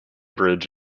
bridge